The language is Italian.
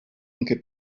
anche